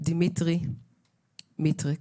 ודימטרי מיטריק.